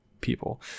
people